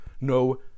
No